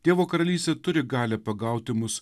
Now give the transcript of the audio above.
dievo karalystė turi galią pagauti mus